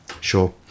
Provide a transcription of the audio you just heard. sure